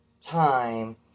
time